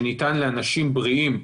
שניתן לאנשים בריאים,